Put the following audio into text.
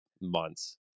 months